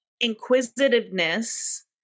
inquisitiveness